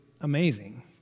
amazing